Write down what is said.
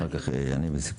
אחר כך לסיכום.